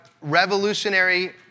revolutionary